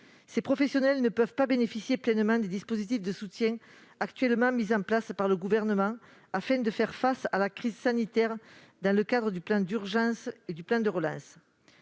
ces professionnels ne peuvent pas bénéficier pleinement des dispositifs de soutien actuellement mis en place par le Gouvernement pour faire face à la crise sanitaire dans le cadre du plan d'urgence et du plan de relance.